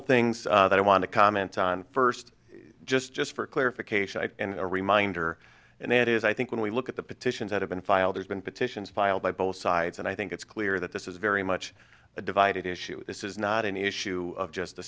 couple things that i want to comment on first just just for clarification and a reminder and that is i think when we look at the petitions that have been filed there's been petitions filed by both sides and i think it's clear that this is very much a divided issue this is not an issue of just t